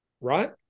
Right